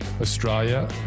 Australia